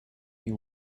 you